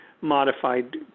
modified